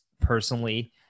personally